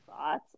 thoughts